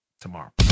tomorrow